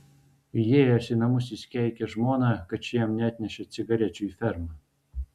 įėjęs į namus jis keikė žmoną kad ši jam neatnešė cigarečių į fermą